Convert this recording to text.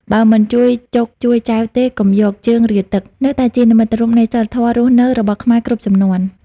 «បើមិនជួយចូកជួយចែវទេ កុំយកជើងរាទឹក» នៅតែជានិមិត្តរូបនៃសីលធម៌រស់នៅរបស់ខ្មែរគ្រប់ជំនាន់។